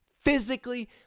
Physically